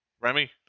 Remy